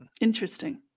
Interesting